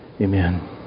Amen